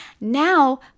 Now